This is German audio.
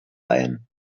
ein